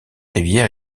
rivière